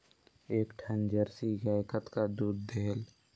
एक ठन जरसी गाय कतका दूध देहेल?